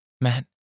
Matt